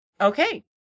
okay